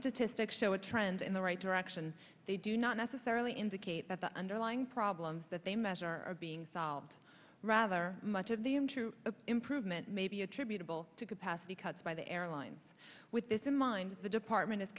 statistics show a trend in the right direction they do not necessarily indicate that the underlying problems that they measure are being solved rather much of the into the improvement may be attributable to capacity cuts by the airline with this in mind the department